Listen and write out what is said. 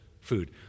food